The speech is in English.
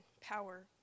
power